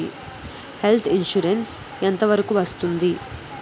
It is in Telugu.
హెల్త్ ఇన్సురెన్స్ ఎంత వరకు వస్తుంది?